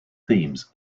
themes